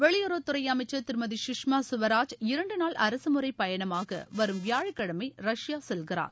வெளியுறவுத்துறை அமைச்சர் திருமதி கஷ்மா ஸ்வராஜ் இரண்டு நாள் அரகமுறைப் பயணமாக வரும் வியாழக்கிழமை ரஷ்யா செல்கிறார்